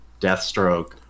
deathstroke